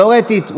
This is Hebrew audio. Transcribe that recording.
תיאורטית,